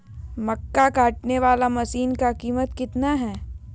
मक्का कटने बाला मसीन का कीमत कितना है?